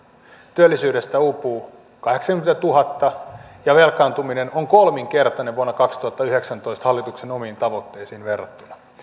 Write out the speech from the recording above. työllisyydestä uupuu kahdeksankymmentätuhatta ja velkaantuminen on kolminkertainen vuonna kaksituhattayhdeksäntoista hallituksen omiin tavoitteisiin verrattuna